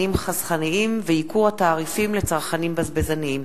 לצרכנים חסכנים וייקור התעריפים לצרכנים בזבזנים,